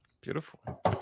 Beautiful